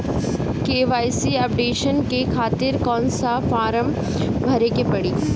KYC updation के खातिर कौन सा फारम भरे के पड़ी?